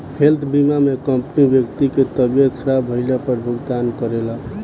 health बीमा में company व्यक्ति के तबियत ख़राब भईला पर भुगतान करेला